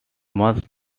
must